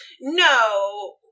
No